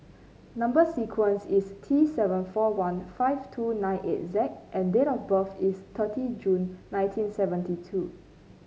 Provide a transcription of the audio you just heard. number sequence is T seven four one five two nine eight Z and date of birth is thirty June nineteen seventy two